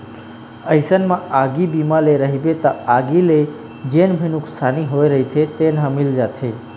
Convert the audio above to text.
अइसन म आगी बीमा ले रहिबे त आगी ले जेन भी नुकसानी होय रहिथे तेन ह मिल जाथे